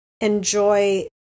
enjoy